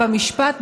במשפט,